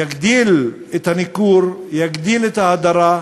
יגדיל את הניכור, יגדיל את ההדרה.